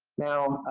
now,